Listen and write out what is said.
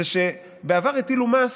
היא שבעבר הטילו מס